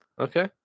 Okay